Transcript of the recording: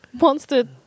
monster